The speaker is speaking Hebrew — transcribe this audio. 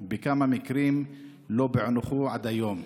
3. כמה מקרים לא פוענחו עד היום?